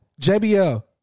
JBL